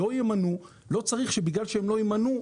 לא ימנו לא צריך שבגלל שהם לא ימנו,